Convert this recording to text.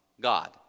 God